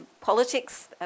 politics